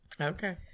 Okay